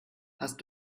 hast